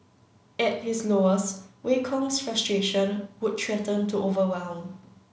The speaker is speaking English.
at his lowest Wei Kong's frustration would threaten to overwhelm